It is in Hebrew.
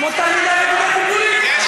כמו תלמידה בכיתה טיפולית.